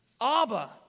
Abba